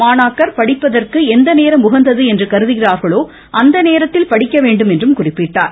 மாணாக்கர் படிப்பதற்கு எந்த நேரம் உகந்தது என்று கருதுகிறார்களோ அந்த நேரத்தில் படிக்க வேண்டும் என்று குறிப்பிட்டார்